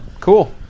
cool